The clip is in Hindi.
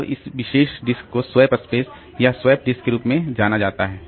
अब इस विशेष डिस्क को स्वैप स्पेस या स्वैप डिस्क के रूप में जाना जाता है